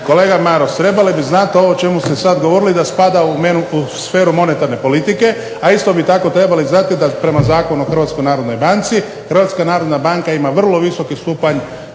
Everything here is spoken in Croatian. Kolega Maras, trebali bi znat ovo o čemu ste sad govorili da spada u sferu monetarne politike, a isto tako bi trebali znati da prema Zakonu o Hrvatskoj narodnoj banci Hrvatska narodna banka ima vrlo visoki stupanj